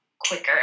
quicker